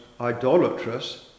idolatrous